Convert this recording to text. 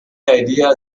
ideas